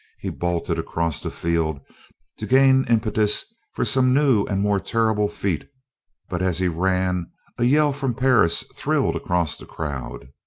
he bolted across the field to gain impetus for some new and more terrible feat but as he ran a yell from perris thrilled across the crowd.